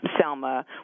Selma